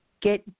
Get